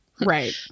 right